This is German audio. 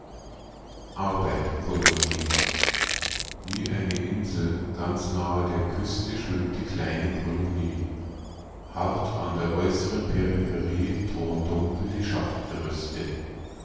i wie eine insel ganz nahe der küste schwimmt die kleine kolonie hart an der äussren peripherie dröhn dunkel die